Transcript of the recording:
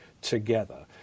together